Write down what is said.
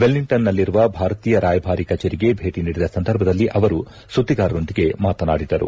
ವೆಲ್ಲಿಂಗ್ಸನ್ನಲ್ಲಿರುವ ಭಾರತೀಯ ರಾಯಭಾರಿ ಕಚೇರಿಗೆ ಭೇಟಿ ನೀಡಿದ ಸಂದರ್ಭದಲ್ಲಿ ಅವರು ಸುದ್ಲಿಗಾರರೊಂದಿಗೆ ಮಾತನಾಡಿದರು